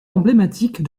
emblématique